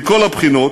מכל הבחינות,